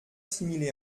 similé